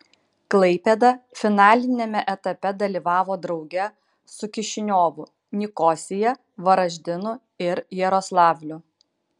klaipėda finaliniame etape dalyvavo drauge su kišiniovu nikosija varaždinu ir jaroslavliu